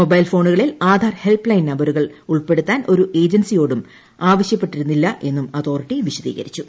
mobile ഫോണുകളിൽ Aadhaar helpline നമ്പരുകൾ ഉൾപ്പെടുത്താൻ ഒരു ഏജൻസിയോടും ആവശ്യപ്പെട്ടിട്ടിരുന്നില്ല എന്നും അതോറിറ്റി അറിയിച്ചു